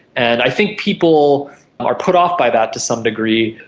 and i think people are put off by that to some degree.